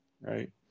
right